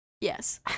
yes